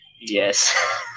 Yes